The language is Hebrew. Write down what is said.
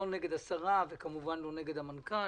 לא נגד השרה וכמובן לא נגד המנכ"ל.